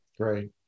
Great